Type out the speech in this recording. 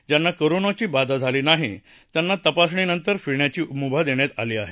ज्यांना कोरोनाची बाधा झाली नाही त्यांना तपासणीनंतर फिरण्याची मुभा देण्यात आली आहे